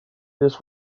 this